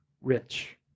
rich